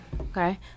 Okay